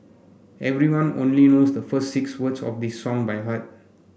everyone only knows the first six words of this song by heart